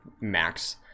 max